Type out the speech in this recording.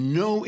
no